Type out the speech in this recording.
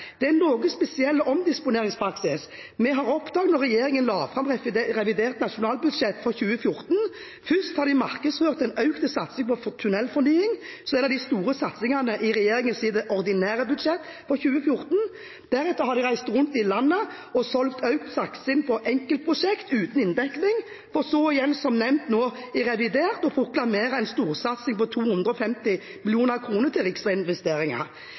det var en noe spesiell omdisponeringspraksis vi oppdaget da regjeringen la fram revidert nasjonalbudsjett for 2014. Først har man markedsført økt satsing på tunnelfornying som en av de store satsingene i regjeringens ordinære budsjett for 2014. Deretter har man reist rundt i landet og solgt inn økt satsing på enkeltprosjekter uten inndekning, for så igjen – som nevnt – i revidert å proklamere en storsatsing på 250 mill. kr til riksveiinvesteringer.